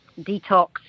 detox